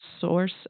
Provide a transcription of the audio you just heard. source